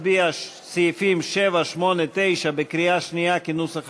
אני קובע כי הסתייגות מס' 8 לסעיף 7 לא התקבלה.